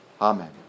Amen